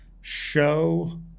show